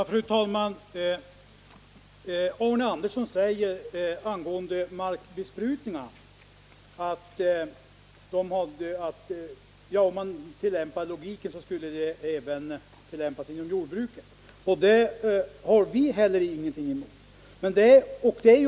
Fru talman! Arne Andersson i Ljung säger att det vore logiskt att använda sig av markbesprutning även inom jordbruket. Det har inte heller vi något emot.